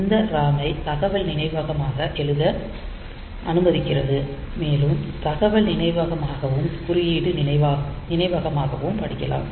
இது RAM ஐ தகவல் நினைவகமாக எழுத அனுமதிக்கிறது மேலும் தகவல் நினைவகமாகவும் குறியீடு நினைவகமாகவும் படிக்கலாம்